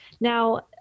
Now